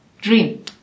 dream